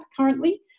currently